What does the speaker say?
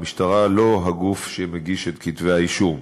המשטרה אינה הגוף שמגיש את כתבי-האישום.